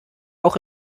auch